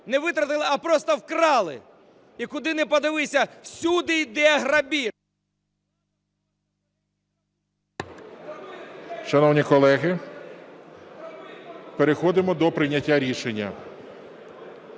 не витратили, а просто вкрали. І куди не подивися – всюди йде грабіж... ГОЛОВУЮЧИЙ. Шановні колеги, переходимо до прийняття рішення.